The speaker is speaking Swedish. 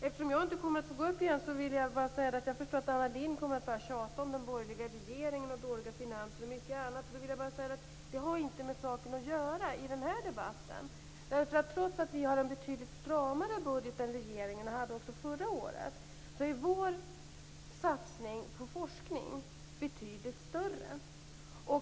Eftersom jag inte kommer att gå upp i debatten igen vill jag bara säga att jag förstår att Anna Lindh kommer att börja tjata om den borgerliga regeringen, dåliga finanser och mycket annat. Det har inte med saken att göra i den här debatten. Trots att vi föreslår en betydligt stramare budget än regeringen, och också föreslog en sådan förra året, är vår satsning på forskning betydligt större.